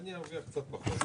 מי נמנע?